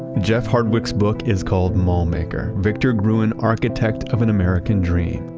jeff hardwick's book is called mall maker victor gruen, architect of an american dream,